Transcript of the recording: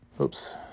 Oops